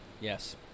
Yes